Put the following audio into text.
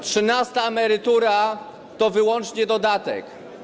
Trzynasta emerytura to wyłącznie dodatek.